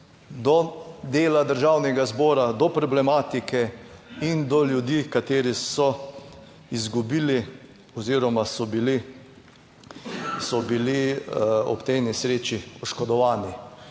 Do dela Državnega zbora, do problematike in do ljudi, kateri so izgubili oziroma so bili ob tej nesreči oškodovani.